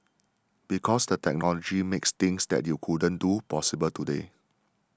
because the technology makes things that you couldn't do possible today